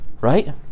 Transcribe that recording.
Right